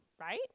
right